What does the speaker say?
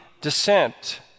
descent